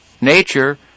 nature